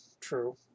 True